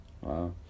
Wow